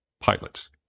pilots